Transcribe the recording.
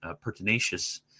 pertinacious